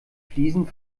fliesen